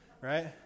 right